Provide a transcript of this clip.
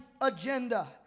agenda